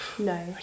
No